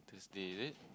Thursday is it